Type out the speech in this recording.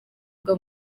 bwa